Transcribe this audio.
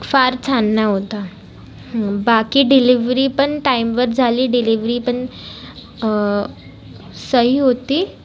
फार छान नव्हता बाकी डिलिव्हरी पण टाईमवर झाली डिलिव्हरीपण सही होती